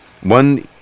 One